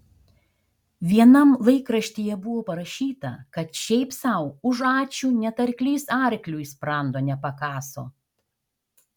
vienam laikraštyje buvo parašyta kad šiaip sau už ačiū net arklys arkliui sprando nepakaso